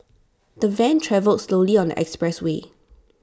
the van travelled slowly on the expressway